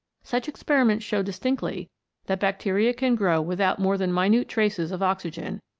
such experiments show distinctly that bacteria can grow without more than minute traces of oxygen,